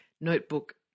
notebook